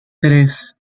tres